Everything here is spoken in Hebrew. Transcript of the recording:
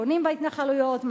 בונים בהתנחלויות,